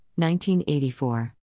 1984